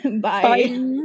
bye